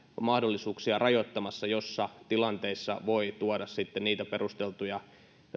mahdollisuuksia rajoittamassa joissa tilanteissa voi tuoda niitä perusteltuja